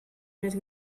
més